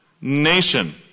nation